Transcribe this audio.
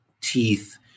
teeth